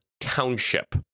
Township